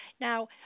Now